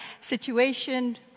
situation